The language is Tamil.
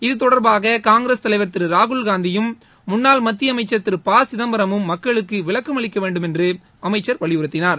இத்தொடர்பாக காங்கிரஸ் தலைவர் திரு ராகுல்காந்தியும் முன்னாள் மத்திய அமைச்சர் திரு ப சிதம்பரமும் மக்குளுக்கு விளக்கம் அளிக்க வேண்டும் என்று அமைச்சர் வலியுறுத்தினார்